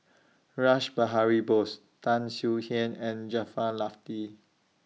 Rash Behari Bose Tan Swie Hian and Jaafar